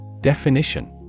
Definition